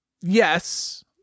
yes